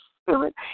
spirit